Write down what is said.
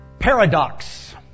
Paradox